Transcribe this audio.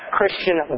Christian